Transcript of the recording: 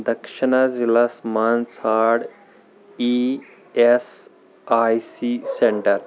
دَکشِنہٕ ضلعس منٛز ژھانڈ E S I C centre